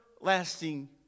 Lasting